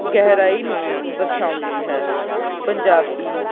ਗਹਿਰਾਈ ਨੂੰ ਦਰਸਾਉਂਦੀ ਹੈ ਪੰਜਾਬੀ